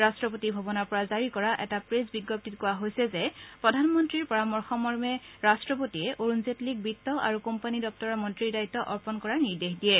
ৰাট্টপতি ভৱনৰ পৰা জাৰি কৰা এটা প্ৰেছ বিজ্ঞপ্তিত কোৱা হৈছে যে প্ৰধানমন্ত্ৰী পৰামৰ্শ মৰ্মে ৰট্টপতিয়ে অৰুণ জেটলীক বিত্ত আৰু কোম্পানী দগুৰৰ মন্ত্ৰী দায়িত্ অৰ্পণ কৰা নিৰ্দেশ দিয়ে